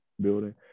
building